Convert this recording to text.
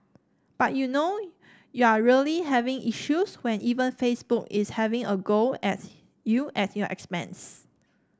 but you know you're really having issues when even Facebook is having a go at you at your expense